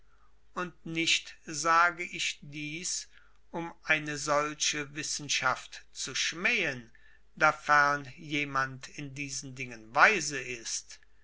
und nicht sage ich dies um eine solche wissenschaft zu schmähen dafern jemand in diesen dingen weise ist